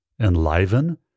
enliven